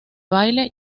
baile